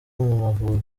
amavubi